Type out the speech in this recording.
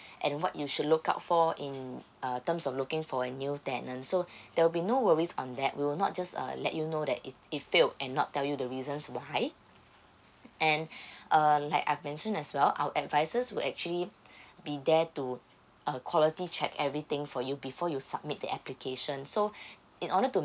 and what you should look out for in uh terms of looking for a new tenant so there will be no worries on that we will not just err let you know that it it failed and not tell you the reasons why and err like I've mentioned as well our advisors will actually be there to uh quality check everything for you before you submit the application so in order to